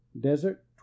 Desert